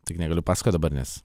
tik negaliu pasakot dabar nes